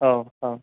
औ औ